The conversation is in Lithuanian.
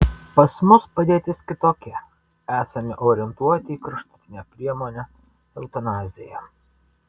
pas mus padėtis kitokia esame orientuoti į kraštutinę priemonę eutanaziją